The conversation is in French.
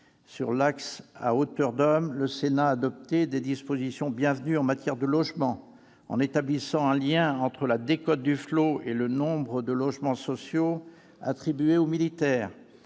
Sur l'axe « à hauteur d'homme », le Sénat a adopté des dispositions bienvenues en matière de logement, en établissant un lien entre la décote Duflot et le nombre de logements sociaux attribués aux militaires.